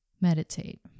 meditate